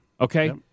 okay